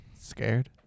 Scared